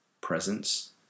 presence